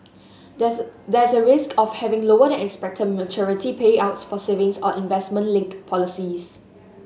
there's there is a risk of having lower than expected maturity payouts for savings or investment linked policies